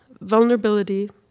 vulnerability